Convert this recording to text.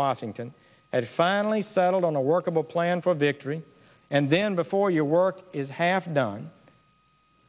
washington had finally settled on a workable plan for victory and then before your work is half done